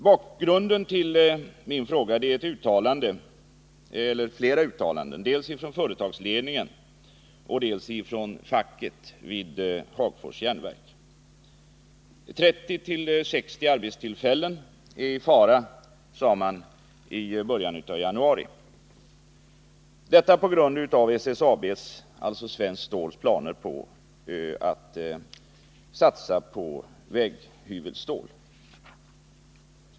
Bakgrunden till min fråga är uttalanden dels från företagsledningen, dels från facket vid Hagfors Järnverk. 30 å 60 arbetstillfällen är i fara, sade man i början av januari. Detta på grund av Svenskt Stål AB:s planer på att satsa på väghyvelstål.